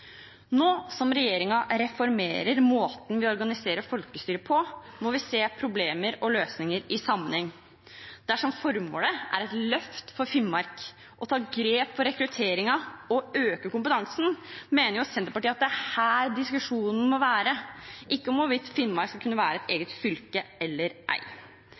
Nå som regjeringen reformerer måten vi organiserer folkestyret på, må vi se problemer og løsninger i sammenheng. Dersom formålet er et løft for Finnmark, å ta grep for rekrutteringen og øke kompetansen, mener Senterpartiet at det er her diskusjonen må være, ikke hvorvidt Finnmark skal være et eget fylke eller ei.